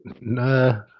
Nah